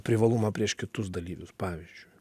privalumą prieš kitus dalyvius pavyzdžiui